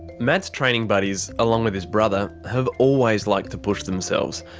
matt's training buddies, along with his brother, have always liked to push themselves.